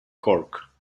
cork